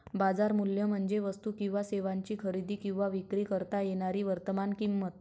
बाजार मूल्य म्हणजे वस्तू किंवा सेवांची खरेदी किंवा विक्री करता येणारी वर्तमान किंमत